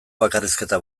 bakarrizketa